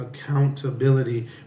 accountability